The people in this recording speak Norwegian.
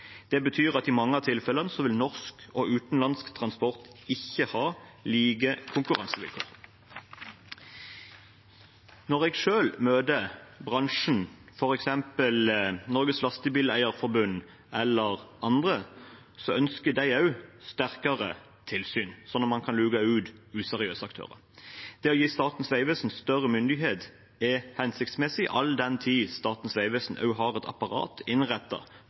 vil norsk og utenlandsk transport ikke ha like konkurransevilkår. Når jeg selv møter bransjen, f.eks. Norges Lastebileier-Forbund eller andre, ønsker de også sterkere tilsyn, sånn at man kan luke ut useriøse aktører. Det å gi Statens vegvesen større myndighet er hensiktsmessig, all den tid Statens vegvesen også har et apparat